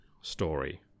story